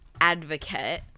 advocate